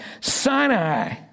Sinai